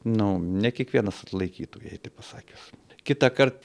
nu ne kiekvienas atlaikytų jei taip pasakius kitąkart